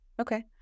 Okay